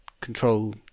control